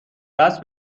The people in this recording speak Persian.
دست